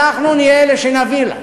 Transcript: אנחנו נהיה אלה שנביא לה.